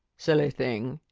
silly thing!